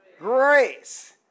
grace